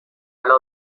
طلا